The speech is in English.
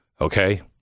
Okay